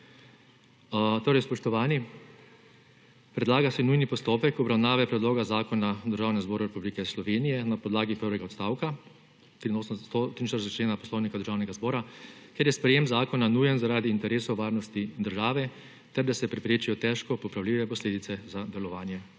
Torej, spoštovani, predlaga se nujni postopek obravnave predloga zakona v Državnem zboru Republike Slovenije na podlagi prvega odstavka 43. člena Poslovnika Državnega zbora, ker je sprejem zakona nujen zaradi interesov varnosti države, ter da se preprečijo težko popravljive posledice za delovanje